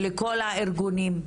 ולכל הארגונים.